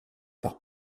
par